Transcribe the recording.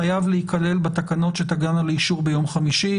חייב להיכלל בתקנות שתגענה לאישור ביום חמישי,